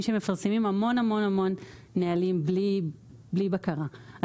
שמפרסמים המון-המון-המון נהלים בלי בקרה.